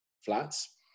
flats